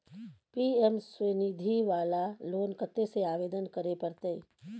PM Svanidhi वाला loan कत्ते से आवेदन करे परतै?